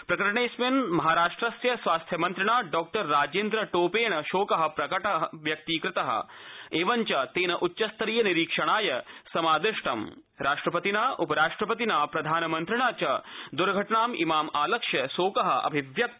प्रकरणीमन् महाराष्ट्रस्य स्वास्थ्यमन्त्रिणा डॉ राजम्ब्रिटोपणशोक व्यक्त एवञ्च तर्म उच्चस्तरीय निरीक्षणाय समादिष्टम् राष्ट्रपतिना उप राष्ट्रपतिना प्रधानमन्त्रिणा च दुर्घटनायां शोक अभिव्यक्त